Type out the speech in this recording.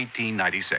1896